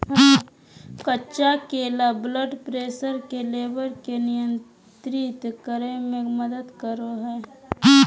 कच्चा केला blood pressure के लेवल के नियंत्रित करय में मदद करो हइ